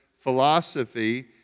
philosophy